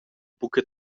buca